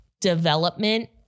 development